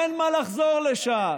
אין מה לחזור לשם.